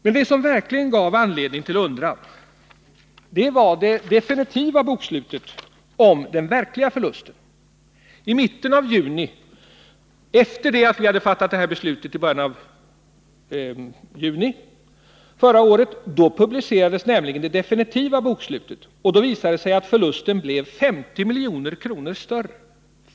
Men det som verkligen gav anledning till undran var det definitiva bokslutet, som visade den verkliga förlusten. I mitten av juni — efter det att riksdagen hade fattat sitt beslut i början av juni förra året — publicerades nämligen det definitiva bokslutet, och då visade det sig att förlusten blev 50 milj.kr. större.